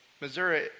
Missouri